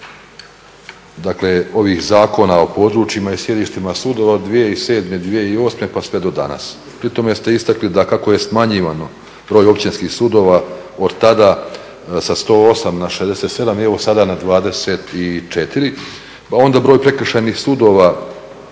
dakle ovih Zakona o područjima i sjedištima sudova od 2007., 2008. pa sve do danas. Pri tome ste istakli da kako je smanjivano broj Općinskih sudova od tada sa 108 na 67 i evo sada na 24, pa onda broj Prekršajnih sudova